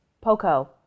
Poco